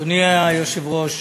אדוני היושב-ראש,